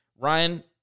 Ryan